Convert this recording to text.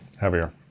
Heavier